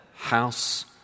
House